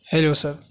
hello sir